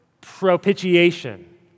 propitiation